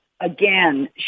Again